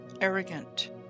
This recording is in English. arrogant